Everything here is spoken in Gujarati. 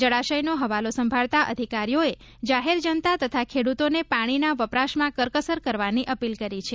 જળાશયનો હવાલો સંભાળતા અધિકારીઓએ જાહેર જનતા તથા ખેડૂતોને પાણીના વપરાશમાં કરકસર કરવાની અપીલ કરી છે